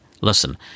listen